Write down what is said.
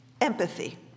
empathy